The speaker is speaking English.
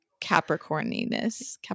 Capricorniness